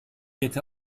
hätte